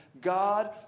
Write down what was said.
God